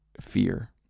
fear